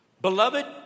Beloved